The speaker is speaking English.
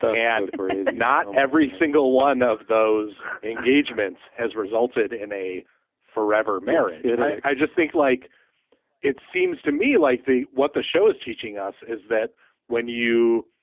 and not every single one of those engagements has resulted in a forever marriage. yeah and i i just think, like it seems to me like the what the show is teaching us is that when you